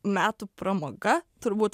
metų pramoga turbūt